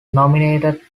nominated